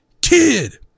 kid